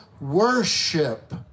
worship